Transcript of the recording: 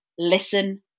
Listen